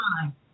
time